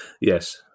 yes